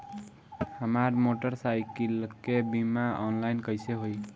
हमार मोटर साईकीलके बीमा ऑनलाइन कैसे होई?